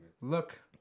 look